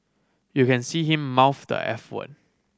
you can see him mouth the eff word